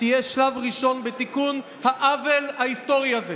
תהיה שלב ראשון בתיקון העוול ההיסטורי הזה.